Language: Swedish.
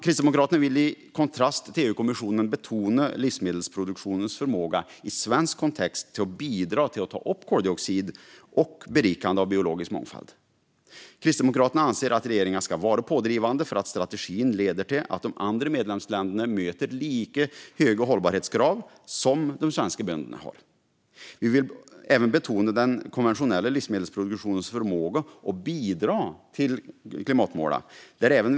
Kristdemokraterna vill i kontrast till EU-kommissionen betona livsmedelsproduktionens förmåga, i svensk kontext, att bidra till att koldioxid tas upp och till berikandet av biologisk mångfald. Kristdemokraterna anser att regeringen ska vara pådrivande så att strategin leder till att de andra medlemsländerna möter lika höga hållbarhetskrav som de svenska bönderna gör. Vi vill även betona den konventionella livsmedelsproduktionens förmåga att bidra till klimatmålen.